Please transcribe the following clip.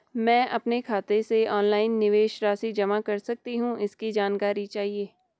मैं अपने खाते से ऑनलाइन निवेश राशि जमा कर सकती हूँ इसकी जानकारी चाहिए?